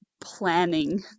planning